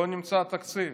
לא נמצא תקציב.